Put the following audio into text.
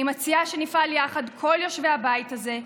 אני מציעה שנפעל יחד, כל יושבי הבית הזה,